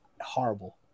horrible